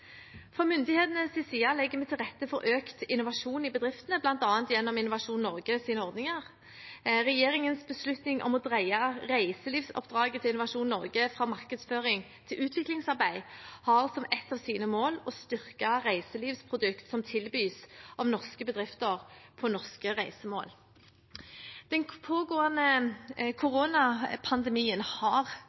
side legger vi til rette for økt innovasjon i bedriftene, bl.a. gjennom Innovasjon Norges ordninger. Regjeringens beslutning om å dreie reiselivsoppdraget til Innovasjon Norge fra markedsføring til utviklingsarbeid har som ett av sine mål å styrke reiselivsprodukter som tilbys av norske bedrifter på norske reisemål. Den pågående koronapandemien har